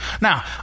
Now